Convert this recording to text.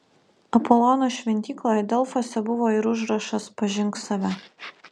apolono šventykloje delfuose buvo ir užrašas pažink save